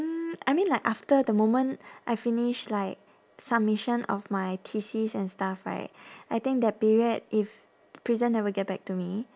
mm I mean like after the moment I finish like submission of my thesis and stuff right I think that period if prison never get back to me